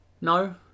No